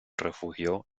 refugió